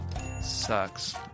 Sucks